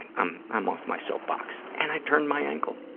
and i'm i'm off my soapbox. and i turned my ankle.